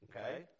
okay